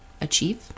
achieve